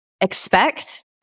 expect